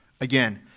again